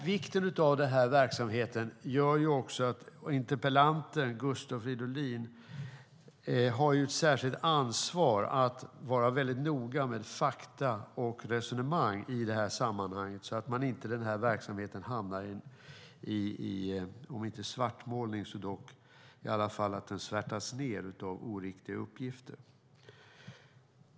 Vikten av den här verksamheten gör också att interpellanten Gustav Fridolin har ett särskilt ansvar att vara väldigt noga med fakta och resonemang så att inte verksamheten blir om inte svartmålad så i alla fall nedsvärtad av oriktiga uppgifter.